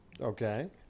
okay